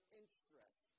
interest